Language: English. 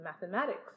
mathematics